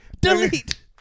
Delete